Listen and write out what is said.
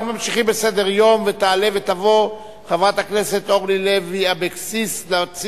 התשע"א 2011, של חברת הכנסת רוחמה אברהם-בלילא,